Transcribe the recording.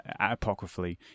apocryphally